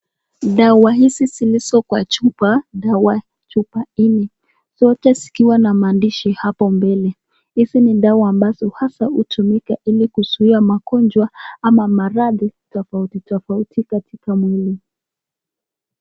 Dawa hizi zilizo kwa chupa, dawa chupa nne. Zote zikiwa na maandishi hapo mbele. Hizi ni dawa ambazo haswa hutumika kuzuia magonjwa ama maradhi tofauti tofauti katika mwili.